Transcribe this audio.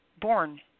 Born